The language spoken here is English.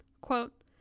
Quote